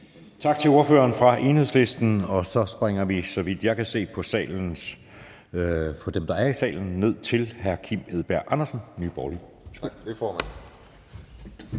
Tak til ordføreren fra Enhedslisten. Så springer vi, så vidt jeg kan se på dem, der er i salen, ned til hr. Kim Edberg Andersen, Nye Borgerlige. Værsgo. Kl.